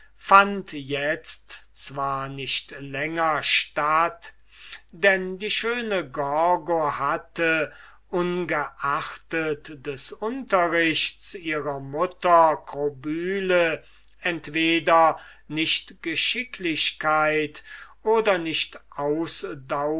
fand itzt zwar nicht länger statt denn die schöne gorgo hatte ungeachtet des unterrichts ihrer mutter krobyle entweder nicht geschicklichkeit oder nicht